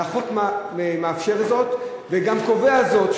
והחוק מאפשר זאת וגם קובע זאת,